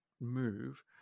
move